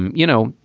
and you know,